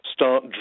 Start